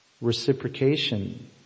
reciprocation